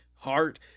heart